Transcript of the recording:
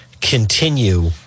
continue